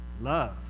Love